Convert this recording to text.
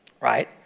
right